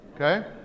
Okay